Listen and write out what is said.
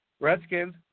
Redskins